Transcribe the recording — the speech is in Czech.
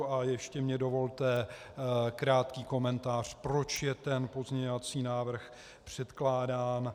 A ještě mi dovolte krátký komentář, proč je pozměňovací návrh předkládán.